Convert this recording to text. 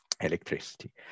electricity